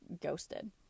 ghosted